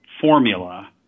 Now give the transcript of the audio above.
formula